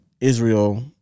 Israel